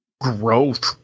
growth